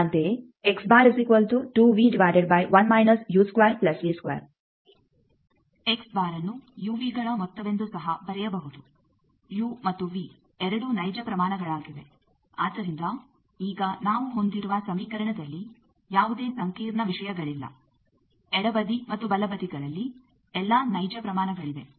ಅಂತೆಯೇ ಎಕ್ಸ್ ಬಾರ್ಅನ್ನು ಯುವಿಗಳ ಮೊತ್ತವೆಂದು ಸಹ ಬರೆಯಬಹುದು ಯು ಮತ್ತು ವಿ ಎರಡೂ ನೈಜ ಪ್ರಮಾಣಗಳಾಗಿವೆ ಆದ್ದರಿಂದ ಈಗ ನಾವು ಹೊಂದಿರುವ ಸಮೀಕರಣದಲ್ಲಿ ಯಾವುದೇ ಸಂಕೀರ್ಣ ವಿಷಯಗಳಿಲ್ಲ ಎಡಬದಿ ಮತ್ತು ಬಲಬದಿಗಳಲ್ಲಿ ಎಲ್ಲಾ ನೈಜ ಪ್ರಮಾಣಗಳಿವೆ